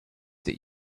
that